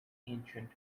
ancient